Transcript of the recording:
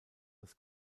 das